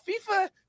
FIFA